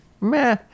Meh